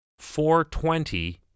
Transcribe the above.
4.20